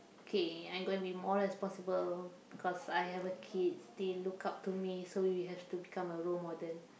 okay I'm going be more responsible cause I have a kid they look up to me so we have to become a role model